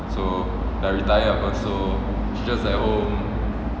so dah retire apa so she just at home